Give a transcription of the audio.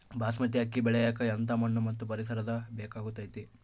ಬಾಸ್ಮತಿ ಅಕ್ಕಿ ಬೆಳಿಯಕ ಎಂಥ ಮಣ್ಣು ಮತ್ತು ಪರಿಸರದ ಬೇಕಾಗುತೈತೆ?